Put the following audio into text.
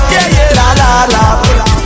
Yeah-yeah-la-la-la